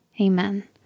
Amen